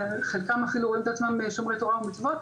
חלקם אפילו רואים את עצמם שומרי תורה ומצוות,